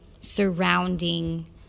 surrounding